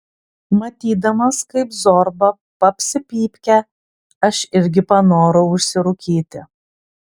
matydamas kaip zorba papsi pypkę aš irgi panorau užsirūkyti